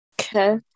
Okay